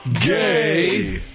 Gay